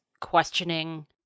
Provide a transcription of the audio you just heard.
questioning